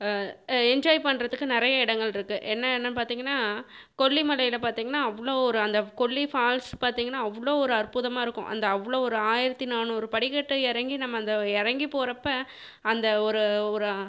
enjoy பண்ணுறத்துக்கு நிறைய இடங்கள் இருக்குது என்ன இடம்னு பார்த்தீங்கனா கொல்லிமலையில் பார்த்தீங்கனா அவ்வளோ ஒரு அந்த கொல்லி ஃபால்ஸ் பார்த்தீங்கனா அவ்ளோ ஒரு அற்புதமாக இருக்கும் அந்த அவ்வளோ ஒரு ஆயிரத்தி நானூறு படிக்கட்டு இறங்கி நம்ம அந்த இறங்கி போகிறப்ப அந்த ஒரு ஒரு